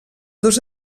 dos